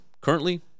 currently